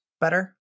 better